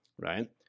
right